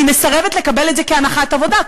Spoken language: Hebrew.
אני מסרבת לקבל את זה כהנחת עבודה.